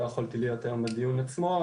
לא יכולתי להיות היום בדיון עצמו,